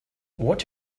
what